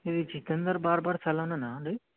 ఇది సికిందర్ బార్బర్ సెలోనేనా అండి